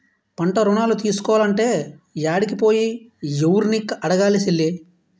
పంటరుణాలు తీసుకోలంటే యాడికి పోయి, యెవుర్ని అడగాలి సెల్లీ?